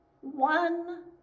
one